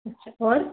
अच्छा और